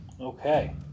Okay